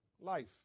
life